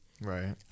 right